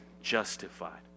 justified